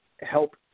help